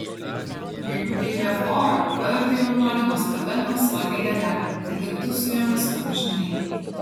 gėlių deivė flora pavertė jaunuolį nuostabia melsva gėlele kad liktų su jomis amžinai